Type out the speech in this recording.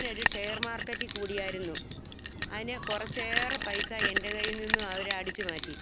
ഞാൻ ഒരു ഷെയർ മാർക്കറ്റിൽ കൂടിയായിരുന്നു അതിന് കുറച്ചേറെ പൈസ എൻ്റെ കയ്യില്നിന്നും അവര് അടിച്ചുമാറ്റി